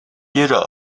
接着